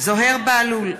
זוהיר בהלול,